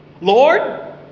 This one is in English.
Lord